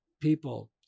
people